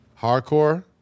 Hardcore